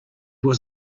was